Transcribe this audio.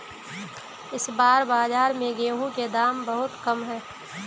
इस बार बाजार में गेंहू के दाम बहुत कम है?